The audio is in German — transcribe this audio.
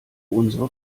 unsere